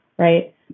right